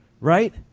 right